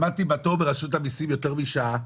עמדתי בתור ברשות המיסים יותר משעה.